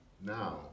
now